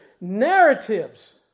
narratives